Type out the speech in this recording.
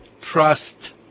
trust